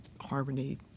harmony